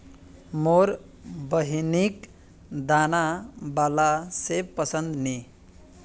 मोर बहिनिक दाना बाला सेब पसंद नी